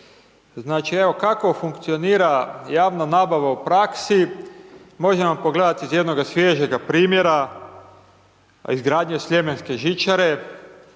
Znači evo kako funkcionira javna nabava u praksi možemo pogledati iz jednoga svježega primjera izgradnje sljemenske žičare,